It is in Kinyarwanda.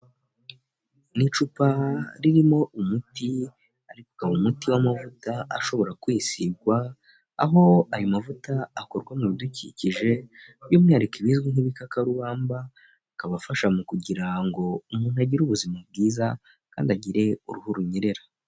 Ni cupa ririmo umuti, ariko rikaba umuti w'amavuta ashobora kwisigwa, aho ayo mavuta akorwa mu bidukikije by'umwihariko bizwi nk'ibikarubamba, akabafasha mu kugira ngo umuntu agire ubuzima bwiza kandi agire uruhu runyerera.